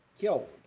killed